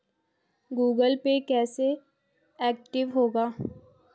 Google Pay कैसे active होगा?